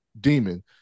demon